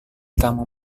kamu